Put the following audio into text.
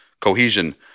cohesion